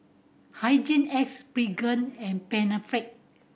Hygin X Pregain and Panaflex